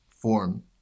form